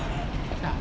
tak